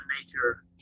nature